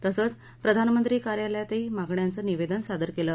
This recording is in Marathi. तसंच प्रधानमंत्री कार्यालयातही मागण्यांचं निवेदन सादर केलं